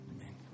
Amen